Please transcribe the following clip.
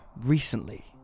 recently